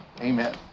Amen